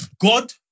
God